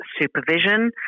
supervision